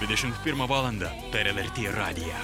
dvidešimt pirmą valandą per lrt radiją